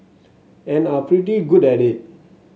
and are pretty good at it